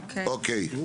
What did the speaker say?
אוקיי.